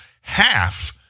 half